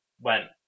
went